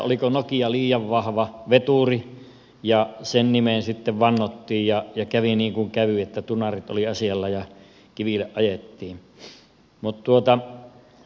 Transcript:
oliko nokia liian vahva veturi ja sen nimeen sitten vannottiin ja kävi niin kuin kävi että tunarit olivat asialla ja kiville ajettiin